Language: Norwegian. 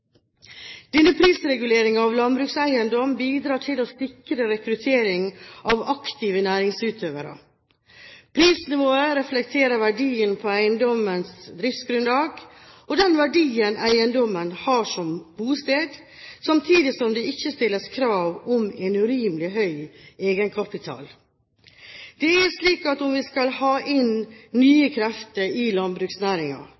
Denne prisreguleringen av landbrukseiendom bidrar til å sikre rekruttering av aktive næringsutøvere. Prisnivået reflekterer verdien av eiendommens driftsgrunnlag og den verdien eiendommen har som bosted, samtidig som det ikke stilles krav om en urimelig høy egenkapital. Det er slik at om vi skal ha inn